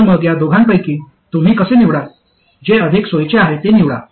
तर मग या दोघां पैकी तुम्ही कसे निवडाल जे अधिक सोयीचे आहे ते निवडा